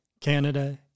Canada